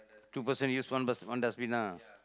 two person use one one dustbin lah